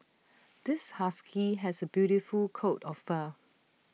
this husky has A beautiful coat of fur